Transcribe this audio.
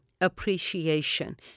appreciation